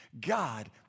God